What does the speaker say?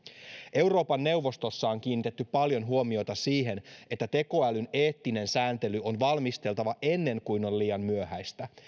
euroopan neuvostossa on kiinnitetty paljon huomiota siihen että tekoälyn eettinen sääntely on valmisteltava ennen kuin on liian myöhäistä